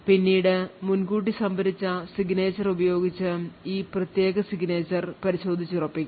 പിന്നീട് മുൻകൂട്ടി സംഭരിച്ച signature ഉപയോഗിച്ച് ഈ പ്രത്യേക signature പരിശോധിച്ചുറപ്പിക്കുക